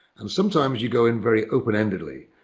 and sometimes you go in very open endedly,